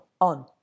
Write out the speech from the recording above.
on